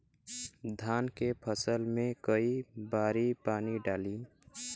धान के फसल मे कई बारी पानी डाली?